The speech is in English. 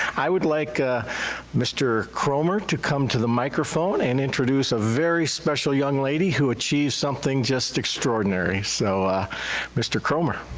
i would like ah mr. cromer to come to the microphone and introduce a very special young lady who achieved something just extraordinary, so mr. cromer.